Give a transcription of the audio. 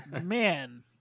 Man